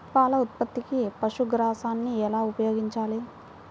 పాల ఉత్పత్తికి పశుగ్రాసాన్ని ఎలా ఉపయోగించాలి?